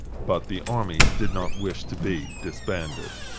but the army did not wish to be disbanded.